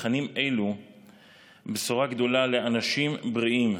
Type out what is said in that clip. בתכנים אלו בשורה גדולה לאנשים בריאים,